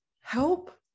help